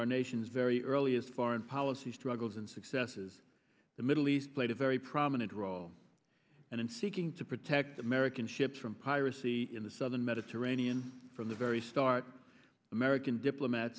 our nation's very earliest foreign policy struggles and successes the middle east played a very prominent role and in seeking to protect american ships from piracy in the southern mediterranean from the very start american diplomat